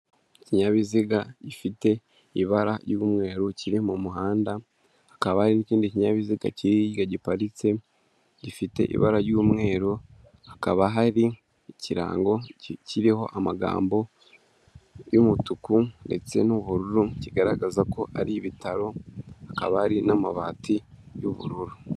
Ikinyabiziga gifite ibara ry'umweru kiri mu muhanda, hakaba hari n'ikindi kinyabiziga kiga giparitse gifite ibara ry'umweru. Hakaba hari ikirango ki kiriho amagambo y'umutuku ndetse n'ubururu kigaragaza ko ari ibitaro hakaba hari n'amabati y'ubururu.